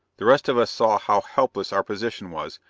the rest of us saw how helpless our position was.